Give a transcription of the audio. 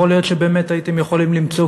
יכול להיות שבאמת הייתם יכולים למצוא